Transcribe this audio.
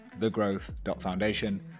thegrowth.foundation